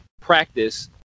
practice